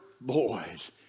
boys